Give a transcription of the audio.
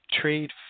trade